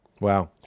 Wow